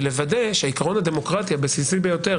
ולוודא שהעיקרון הדמוקרטי הבסיסי ביותר